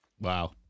Wow